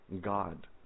God